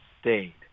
stayed